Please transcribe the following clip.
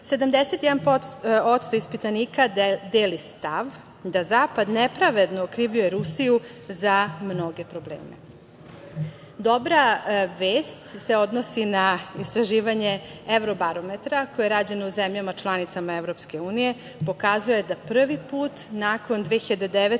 ispitanika deli stav da Zapad nepravedno okrivljuje Rusiju za mnoge probleme. Dobra vest se odnosi na istraživanje Evrobarometra koje je rađeno u zemljama članicama EU i pokazuje da prvi put nakon 2009.